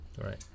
Right